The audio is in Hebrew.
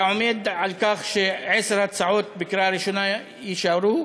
אתה עומד על כך שעשר הצעות בקריאה ראשונה יישארו?